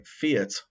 fiat